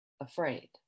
afraid